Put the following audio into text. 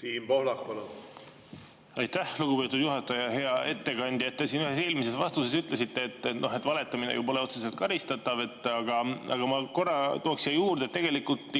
Siim Pohlak, palun! Aitäh, lugupeetud juhataja! Hea ettekandja! Te siin ühes eelmises vastuses ütlesite, et valetamine pole otseselt karistatav, aga ma tooks siia juurde, et tegelikult